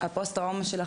'הפוסט טראומה שלך?